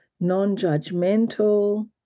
non-judgmental